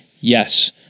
Yes